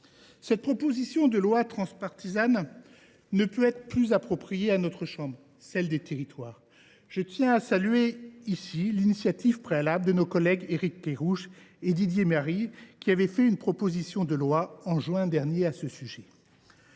Cette proposition de loi transpartisane ne peut être plus appropriée qu’à notre chambre, celle des territoires. Je tiens à saluer l’initiative préalable de nos collègues Éric Kerrouche et Didier Marie, qui ont déposé au mois de juin dernier une